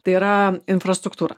tai yra infrastruktūra